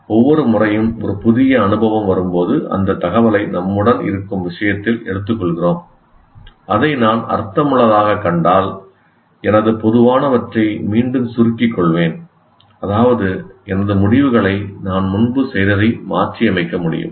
ஒவ்வொரு முறையும் ஒரு புதிய அனுபவம் வரும்போது அந்தத் தகவலை நம்முடன் இருக்கும் விஷயத்தில் எடுத்துக்கொள்கிறோம் அதை நான் அர்த்தமுள்ளதாகக் கண்டால் எனது பொதுவானவற்றை மீண்டும் சுருக்கிக் கொள்வேன் அதாவது எனது முடிவுகளை நான் முன்பு செய்ததை மாற்றியமைக்க முடியும்